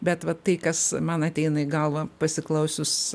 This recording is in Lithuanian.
bet va tai kas man ateina į galvą pasiklausius